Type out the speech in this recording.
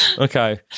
Okay